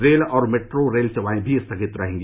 rail और metro rail सेवाएं भी स्थगित रहेंगी